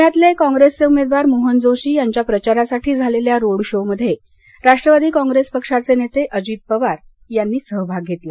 पुण्यातले काँग्रेसचे उमेदवार मोहन जोशी यांच्या प्रचारासाठी झालेल्या रोड शो मध्ये राष्ट्रवादी काँग्रेस पक्षाचे नेते अजित पवार यांनी सहभाग घेतला